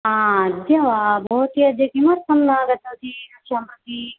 आ अद्य वा भवती अद्य किमर्थं नागतवती कक्षां प्रति